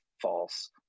false